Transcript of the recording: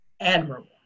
admirable